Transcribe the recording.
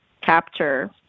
capture